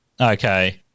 okay